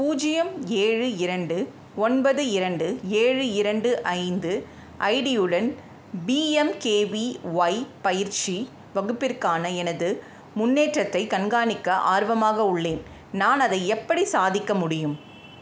பூஜ்ஜியம் ஏழு இரண்டு ஒன்பது இரண்டு ஏழு இரண்டு ஐந்து ஐடியுடன் பிஎம்கேவிஒய் பயிற்சி வகுப்பிற்கான எனது முன்னேற்றத்தை கண்காணிக்க ஆர்வமாக உள்ளேன் நான் அதை எப்படி சாதிக்க முடியும்